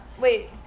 Wait